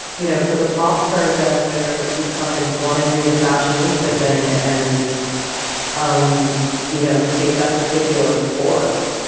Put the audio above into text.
you know for the pop stars out there who kind of want to do the fashionista thing and um you know take that particular fork,